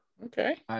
Okay